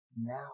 now